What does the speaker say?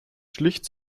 schlicht